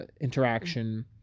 interaction